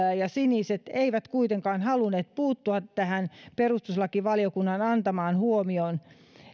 ja siniset eivät kuitenkaan halunneet puuttua tähän perustuslakivaliokunnan antamaan huomioon